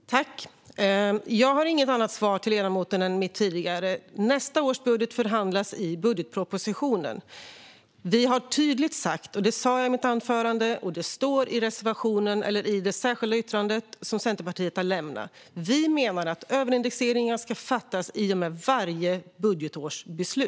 Herr talman! Jag har inget annat svar till ledamoten än mitt tidigare. Nästa års budget förhandlas i budgetpropositionen. Vi har tydligt sagt - jag sa det i mitt anförande, och det står i det särskilda yttrande som Centerpartiet har lämnat - att vi menar att beslut om överindexering ska fattas i och med varje budgetårs beslut.